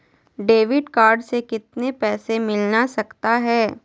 Debit card से कितने पैसे मिलना सकता हैं?